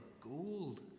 gold